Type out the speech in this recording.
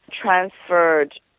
transferred